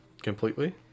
Completely